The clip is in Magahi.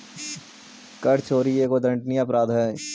कर चोरी एगो दंडनीय अपराध हई